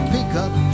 Pickup